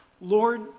Lord